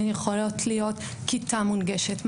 הן יכולות להיות כיתה מונגשת,